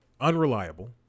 unreliable